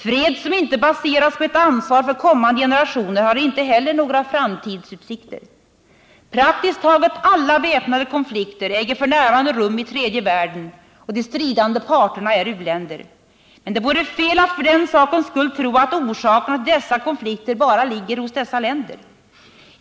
Fred som inte baseras på ett ansvar för kommande generationer har inte heller några framtidsutsikter. Praktiskt taget alla väpnade konflikter äger f. n. rum i tredje världen, och de stridande parterna är u-länder. Men det vore fel att för den sakens skull tro att orsakerna till dessa konflikter bara ligger hos dessa länder.